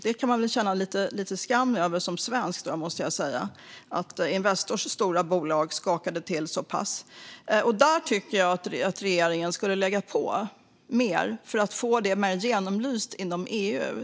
Man kan som svensk känna lite skam över att Investors stora bolag skakade till så pass. Där tycker jag att regeringen ska lägga på mer för att få frågan mer genomlyst inom EU.